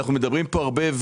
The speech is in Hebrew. אנחנו מדברים פה הרבה,